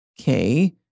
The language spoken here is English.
Okay